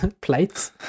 plates